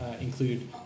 include